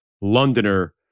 Londoner